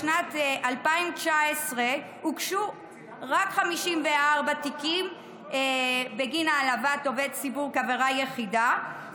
בשנת 2019 הוגשו רק 54 תיקים בגין העלבת עובד ציבור כעבירה היחידה,